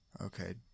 okay